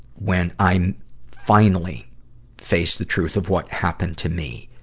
when i finally faced the truth of what happened to me.